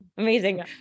Amazing